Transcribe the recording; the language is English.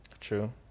true